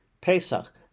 Pesach